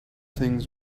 things